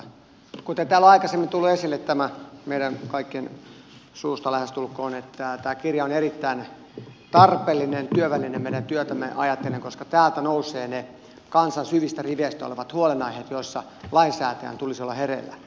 kuten täällä on aikaisemmin tullut esille meidän kaikkien suusta lähestulkoon tämä kirja on erittäin tarpeellinen työväline meidän työtämme ajatellen koska täältä nousevat ne kansan syvissä riveissä olevat huolenaiheet joissa lainsäätäjän tulisi olla hereillä